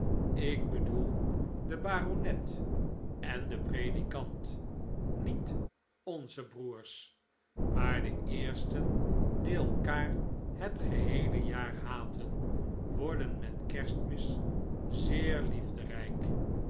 ik bedoel den baronet en den predikant niet onzc broers maar de eersten die elkaar het geheele jaar haten worden met kerstmis zeer liefden'jk